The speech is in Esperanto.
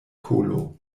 kolo